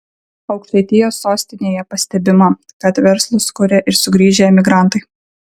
aukštaitijos sostinėje pastebima kad verslus kuria ir sugrįžę emigrantai